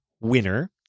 winner